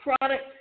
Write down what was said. product